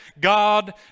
God